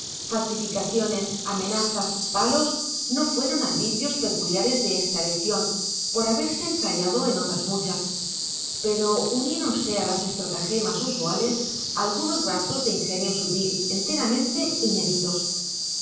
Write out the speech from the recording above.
falsificaciones amenazas palos no fueron arbitrios peculiares de esta elección por haberse ensayado en otras muchas pero uniéronse a las estratagemas usuales algunos rasgos de ingenio sutil enteramente inéditos